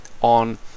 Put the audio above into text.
on